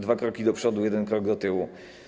Dwa kroki do przodu, jeden krok do tyłu.